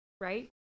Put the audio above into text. Right